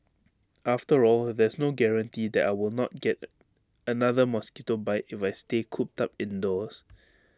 after all there's no guarantee that I will not get another mosquito bite if I stay cooped up indoors